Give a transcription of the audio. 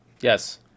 Yes